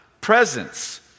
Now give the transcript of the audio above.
Presence